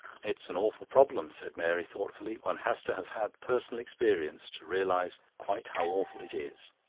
it's an awful problem, said mary thoughtfully. one has to have had personal experience to realise quite how awful it is.